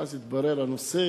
ואז התברר הנושא,